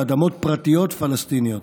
באדמות פרטיות פלסטיניות,